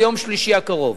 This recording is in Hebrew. ביום שלישי הקרוב.